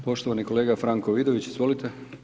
Poštovani kolega Franko Vidović, izvolite.